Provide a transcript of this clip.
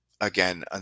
Again